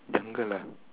jungle ah